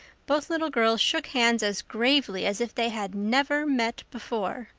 both little girls shook hands as gravely as if they had never met before.